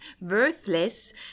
worthless